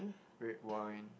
red wine